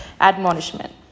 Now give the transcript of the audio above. admonishment